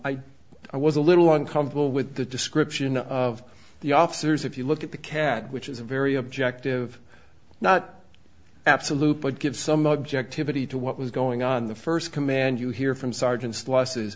boys i was a little uncomfortable with the description of the officers if you look at the cat which is a very objective not absolute but give some objectivity to what was going on the first command you hear from sergeants losses